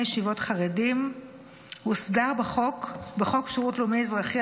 ישיבות חרדים הוסדר בחוק שירות לאומי-אזרחי,